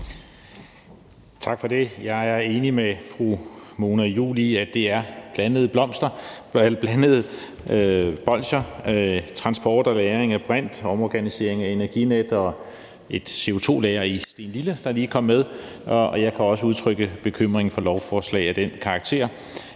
Tak for det. Jeg er enig med fru Mona Juul i, at det er blandede bolsjer. Der er transport og lagring af brint, omorganisering af Energinet, og så var der et CO2-lager i Stenlille, der lige kom med. Jeg kan også udtrykke bekymring for lovforslag af den karakter,